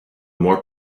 more